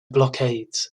blockades